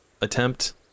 attempt